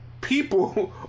People